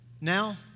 now